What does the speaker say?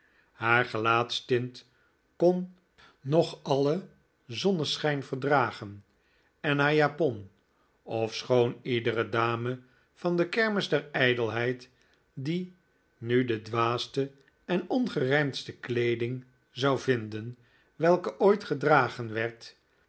haar gelaatstint kon nog alien zonneschijn verdragen en haar japon ofschoon iedere dame van de kermis der ijdelheid die nu de dwaaste en ongerijmdste weeding zou vinden welke ooit gedragen werd